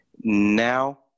Now